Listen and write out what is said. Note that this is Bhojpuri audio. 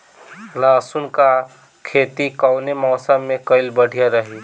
लहसुन क खेती कवने मौसम में कइल बढ़िया रही?